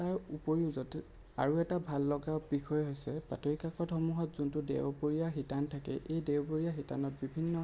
তাৰ উপৰিও য'ত আৰু এটা ভাল লগা বিষয় হৈছে বাতৰি কাকতসমূহত যোনটো দেওবৰীয়া শিতান থাকে এই দেওবৰীয়া শিতানত বিভিন্ন